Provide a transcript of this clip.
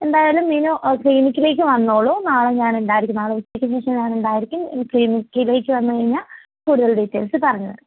എന്തായാലും മീനു ക്ലിനിക്കിലേക്ക് വന്നോളൂ നാളെ ഞാനുണ്ടായിരിക്കും നാളെ ഉച്ചക്ക് ശേഷം ഞാനുണ്ടായിരിക്കും ക്ലിനിക്കിലേക്ക് വന്നുകഴിഞ്ഞാൽ കൂടുതൽ ഡീറ്റെയിൽസ്സ് പറഞ്ഞുതരാം